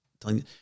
telling